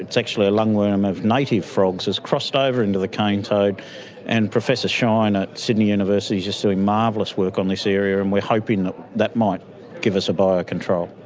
it's actually a lungworm of native frogs, has crossed over into the cane toad and professor shine at sydney university is just doing marvellous work on this area and we're hoping that that might give us a biological but control.